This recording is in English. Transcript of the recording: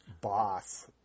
boss